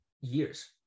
years